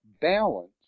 balance